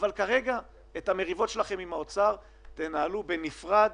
את המריבות שלכם כרגע עם האוצר תנהלו בנפרד.